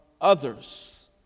others